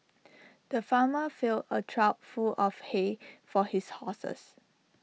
the farmer filled A trough full of hay for his horses